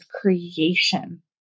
creation